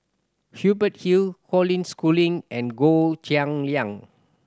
Hubert Hill Colin Schooling and Goh Cheng Liang